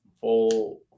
full